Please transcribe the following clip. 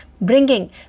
bringing